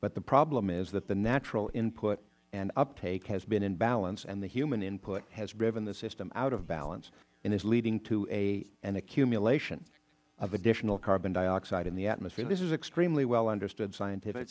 but the problem is that the natural input and uptake has been in balance and the human input has driven the system out of balance and is leading to an accumulation of additional carbon dioxide in the atmosphere this is extremely well understood scientific